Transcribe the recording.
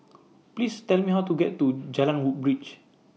Please Tell Me How to get to Jalan Woodbridge